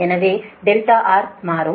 எனவே R மாறும்